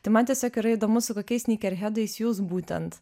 tai man tiesiog yra įdomu su kokiais snykerhedais jūs būtent